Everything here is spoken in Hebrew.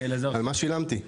על מה שילמתי?